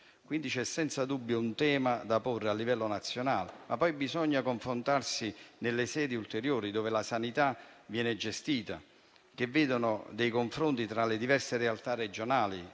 Quindi, c'è senza dubbio un tema da porre a livello nazionale, ma poi bisogna confrontarsi nelle sedi ulteriori dove la sanità viene gestita, che vedono dei confronti tra le diverse realtà regionali